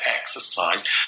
exercise